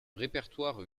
répertoire